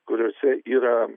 kuriose yra